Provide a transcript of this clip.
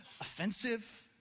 offensive